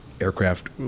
aircraft